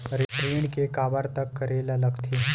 ऋण के काबर तक करेला लगथे?